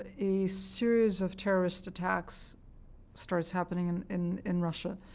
ah a series of terrorist attacks starts happening and in in russia.